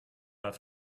have